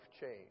change